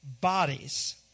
bodies